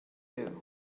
you